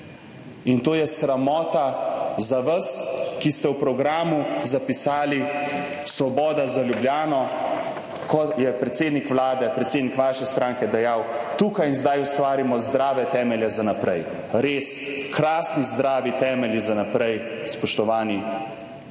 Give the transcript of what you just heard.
In to je sramota za vas, ki ste v programu zapisali: svoboda za Ljubljano. Ko je predsednik Vlade, predsednik vaše stranke dejal: »Tukaj in zdaj ustvarimo zdrave temelje za naprej«. Res krasni zdravi temelji za naprej, spoštovani.